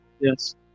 Yes